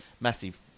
massive